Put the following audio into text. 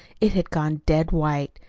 it had gone dead white.